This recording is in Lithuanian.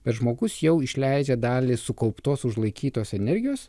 bet žmogus jau išleidžia dalį sukauptos užlaikytos energijos